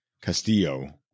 Castillo